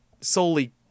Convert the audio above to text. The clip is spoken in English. solely